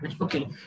Okay